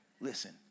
listen